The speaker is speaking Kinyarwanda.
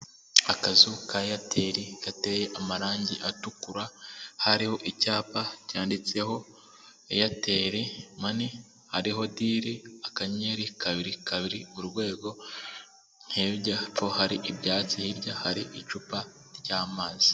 Akazu ka eyateri gateye amarangi atukura hariho icyapa cyanditseho eyateri mani hariho diri akanyeri kabiri kabiri urwego hepfo hari ibyatsi hirya hari icupa ry'amazi.